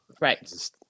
Right